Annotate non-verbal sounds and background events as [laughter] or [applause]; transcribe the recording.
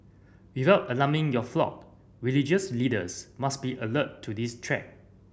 without alarming your flock religious leaders must be alert to this [unintelligible]